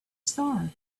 star